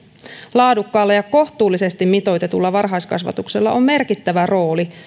laadukkaalla ja kohtuullisesti mitoitetulla varhaiskasvatuksella on merkittävä rooli